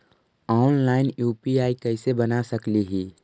Online UPI कैसे बना सकली ही?